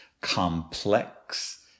complex